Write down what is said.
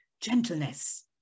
gentleness